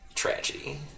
Tragedy